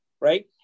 right